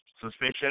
suspicion